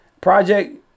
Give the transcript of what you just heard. Project